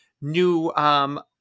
new